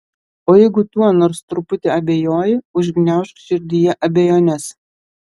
o jeigu tuo nors truputį abejoji užgniaužk širdyje abejones